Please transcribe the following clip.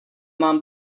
mám